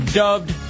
dubbed